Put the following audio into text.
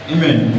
Amen